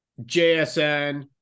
JSN